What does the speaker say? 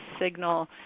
signal